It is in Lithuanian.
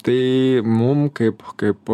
tai mum kaip kaip